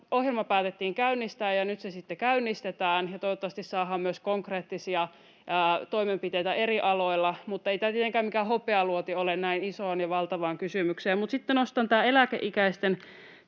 ohjelma päätettiin käynnistää, ja nyt se sitten käynnistetään. Toivottavasti saadaan myös konkreettisia toimenpiteitä eri aloilla, mutta ei tämä tietenkään mikään hopealuoti ole näin isoon ja valtavaan kysymykseen. Sitten nostan